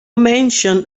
mention